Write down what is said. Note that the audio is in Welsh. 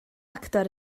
actor